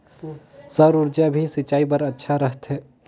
सौर ऊर्जा भी सिंचाई बर अच्छा रहथे?